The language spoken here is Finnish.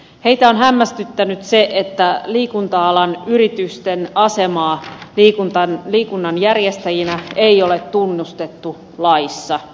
heitä on hämmästyttänyt se että liikunta alan yritysten asemaa liikunnan järjestäjinä ei ole tunnustettu laissa